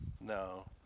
No